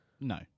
No